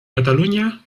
cataluña